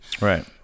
right